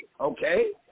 okay